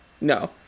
No